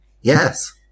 Yes